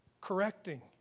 correcting